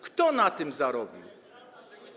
Kto na tym zarobił?